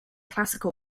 classical